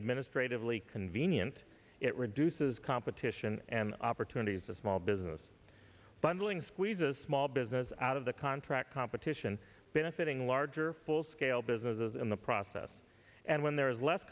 administratively convenient it reduces competition and opportunities to small business bundling squeeze a small business out of the contract competition benefiting larger full scale businesses in the process and when there is less